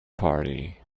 party